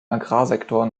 agrarsektor